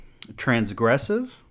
transgressive